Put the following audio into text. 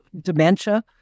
dementia